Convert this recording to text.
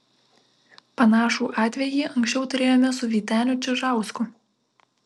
panašų atvejį anksčiau turėjome su vyteniu čižausku